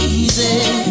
easy